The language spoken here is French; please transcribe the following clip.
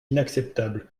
inacceptable